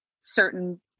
certain